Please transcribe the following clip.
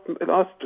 last